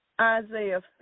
Isaiah